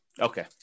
Okay